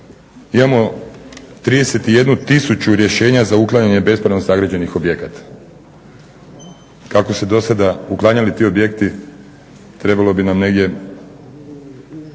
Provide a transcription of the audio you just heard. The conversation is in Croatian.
Imamo 31 tisuću rješenja za uklanjanje bespravno sagrađenih objekata. Kako su se dosada uklanjali ti objekti trebalo bi nam negdje